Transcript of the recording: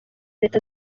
leta